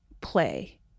play